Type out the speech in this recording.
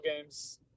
games